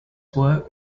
work